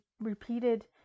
repeated